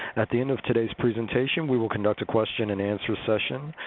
at the end of today's presentation, we will conduct a question-and-answer session.